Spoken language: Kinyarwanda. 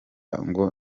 ngo